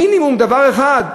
מינימום דבר אחד,